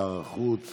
שר החוץ